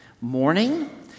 Morning